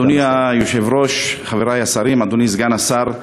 אדוני היושב-ראש, חברי השרים, אדוני סגן השר,